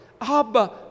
Abba